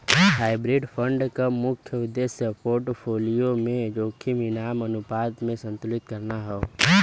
hybrid fund क मुख्य उद्देश्य पोर्टफोलियो में जोखिम इनाम अनुपात के संतुलित करना हौ